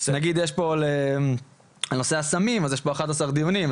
נגיד יש פה על נושא הסמים אז יש פה אחד עשר דיונים,